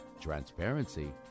transparency